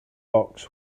box